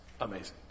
Amazing